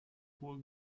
hohe